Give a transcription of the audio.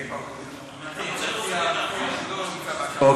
חוץ וביטחון.